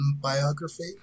biography